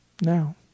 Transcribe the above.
Now